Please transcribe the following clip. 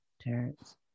Terrence